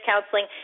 counseling